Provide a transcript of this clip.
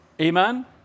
amen